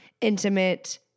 intimate